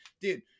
dude